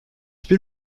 bir